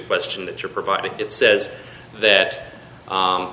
question that you're providing it says that